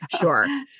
Sure